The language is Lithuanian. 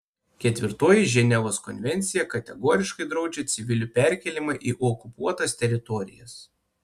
ketvirtoji ženevos konvencija kategoriškai draudžia civilių perkėlimą į okupuotas teritorijas